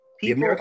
People